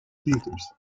theaters